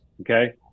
Okay